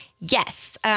Yes